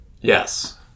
Yes